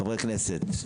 חברי כנסת,